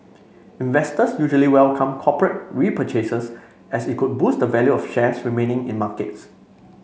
investors usually welcome corporate repurchases as it could boost the value of shares remaining in markets